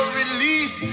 release